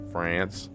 France